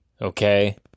Okay